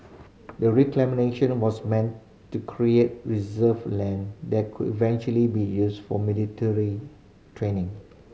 the reclamation was meant to create reserve land that could eventually be used for military training